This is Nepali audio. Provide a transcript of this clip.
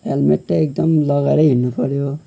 हेल्मेट त एकदम लगाएरै हिँड्नुपर्यो